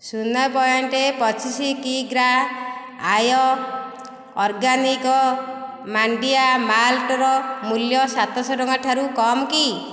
ଶୂନ ପଏଣ୍ଟ ପଚିଶ କିଗ୍ରା ଆର୍ୟ ଅର୍ଗାନିକ ମାଣ୍ଡିଆ ମାଲ୍ଟର ମୂଲ୍ୟ ସାତ ଶହ ଟଙ୍କା ଠାରୁ କମ୍ କି